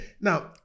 Now